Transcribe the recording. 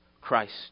Christ